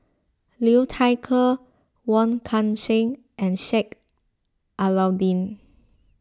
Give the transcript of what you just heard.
Liu Thai Ker Wong Kan Seng and Sheik Alau'ddin